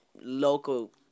local